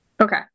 Okay